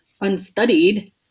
unstudied